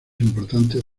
importantes